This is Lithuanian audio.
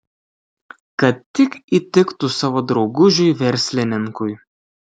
kad tik įtiktų savo draugužiui verslininkui